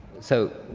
so,